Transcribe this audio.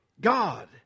God